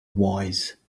wise